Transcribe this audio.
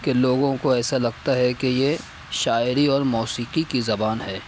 کہ لوگوں کو ایسا لگتا ہے کہ یہ شاعری اور موسیقی کی زبان ہے